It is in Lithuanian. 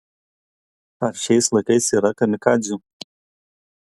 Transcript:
ar šiais laikais yra kamikadzių